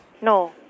No